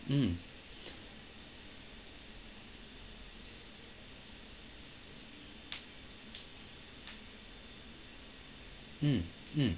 mm mm mm